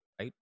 right